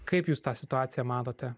kaip jūs tą situaciją matote